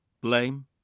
blame